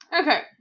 Okay